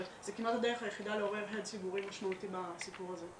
אבל זו כמעט הדרך היחידה לעורר הד ציבורי משמעותי בסיפור הזה.